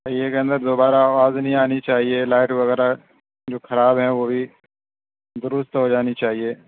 پہیے کے اندر دوبارہ آواز نہیں آنی چاہیے لائٹ وغیرہ جو خراب ہیں وہ بھی درست ہو جانی چاہیے